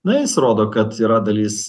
na jis rodo kad yra dalis